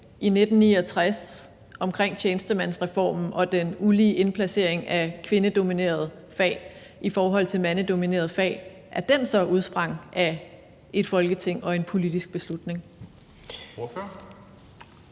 i 1969 om tjenestemandsreformen og den ulige indplacering af kvindedominerede fag i forhold til mandedominerede fag så udsprang af et Folketing og en politisk beslutning?